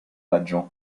laggiù